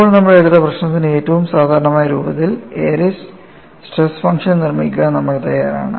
ഇപ്പോൾ നമ്മൾ എടുത്ത പ്രശ്നത്തിന് ഏറ്റവും സാധാരണമായ രൂപത്തിൽ എറിസ് സ്ട്രെസ് ഫംഗ്ഷൻ നിർമ്മിക്കാൻ നമ്മൾ തയ്യാറാണ്